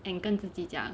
and 跟自己讲